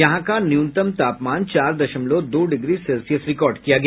यहां का न्यूनतम तापमान चार दशमलव दो डिग्री सेल्सियस रिकार्ड किया गया